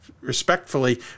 respectfully